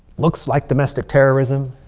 looks like domestic terrorism.